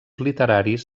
literaris